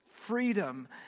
freedom